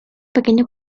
pequeño